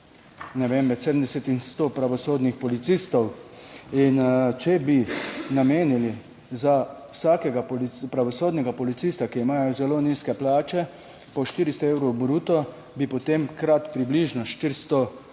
ne vem, med 70 in sto pravosodnih policistov. In če bi namenili za vsakega pravosodnega policista, ki imajo zelo nizke plače, po 400 evrov bruto, bi potem krat približno 400